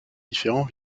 différents